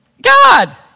God